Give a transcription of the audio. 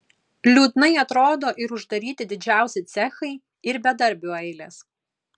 liūdnai atrodo ir uždaryti didžiausi cechai ir bedarbių eilės